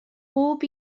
bob